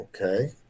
Okay